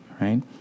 right